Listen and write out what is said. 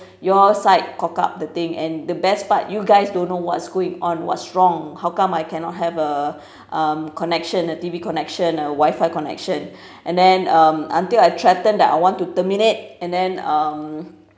your side cock up the thing and the best part you guys don't know what's going on what's wrong how come I cannot have a connection um a T_V connection a wi-fi connection and then um until I threatened that I want to terminate and then um